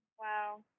wow